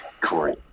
Corey